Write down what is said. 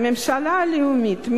הממשלה הלאומית,